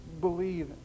believe